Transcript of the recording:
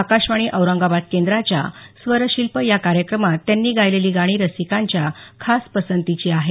आकाशवाणी औरंगाबाद केंद्राच्या स्वरशिल्प या कार्यक्रमात त्यांनी गायलेली गाणी रसिकांच्या खास पसंतीची आहेत